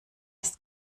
ist